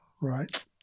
Right